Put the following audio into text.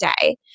day